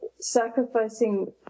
Sacrificing